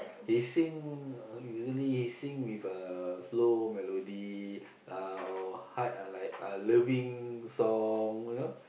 he sing usually sing with uh slow melody uh or hard like loving song you know